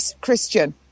Christian